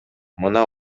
мына